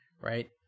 right